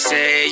Say